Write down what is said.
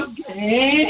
Okay